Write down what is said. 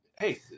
Hey